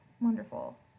Wonderful